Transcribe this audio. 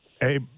Hey